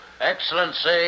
Excellency